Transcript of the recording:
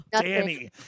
Danny